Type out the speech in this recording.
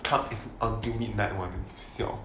club until midnight one siao